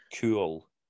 cool